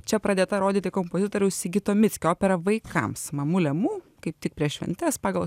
čia pradėta rodyti kompozitoriaus sigito mickio opera vaikams mamulė mū kaip tik prieš šventes pagal